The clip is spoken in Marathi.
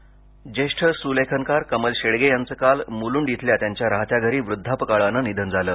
कमल शेडगे निधन ज्येष्ठ स्लेखनकार कमल शेडगे यांचं काल मुलुंड इथल्या त्यांच्या राहत्या घरी व्रद्धापकाळानं निधन झालं